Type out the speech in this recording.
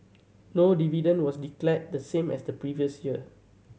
no dividend was declared the same as the previous year